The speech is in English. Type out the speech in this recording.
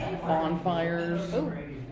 bonfires